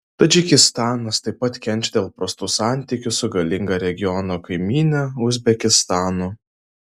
tadžikistanas taip pat kenčia dėl prastų santykių su galinga regiono kaimyne uzbekistanu